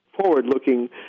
forward-looking